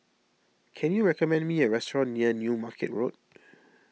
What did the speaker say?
can you recommend me a restaurant near New Market Road